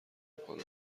میکند